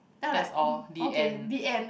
then I'm like okay mm okay the end